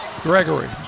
Gregory